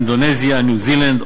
ניו-זילנד,